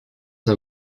the